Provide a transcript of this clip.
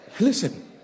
Listen